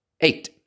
eight